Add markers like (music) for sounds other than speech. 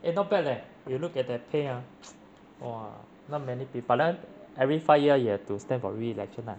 eh not bad leh you look at that pay ah (noise) !wah! not many people but then every five year you have to stand for reelection lah